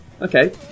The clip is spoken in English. Okay